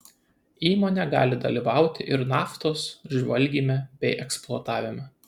įmonė gali dalyvauti ir naftos žvalgyme bei eksploatavime